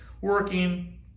working